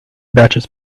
batches